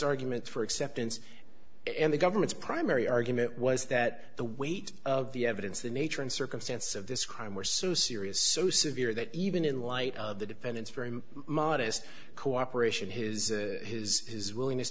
argument for acceptance and the government's primary argument was that the weight of the evidence the nature and circumstance of this crime were so serious so severe that even in light of the defendant's very modest cooperation his his his willingness